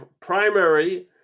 primary